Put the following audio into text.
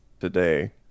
today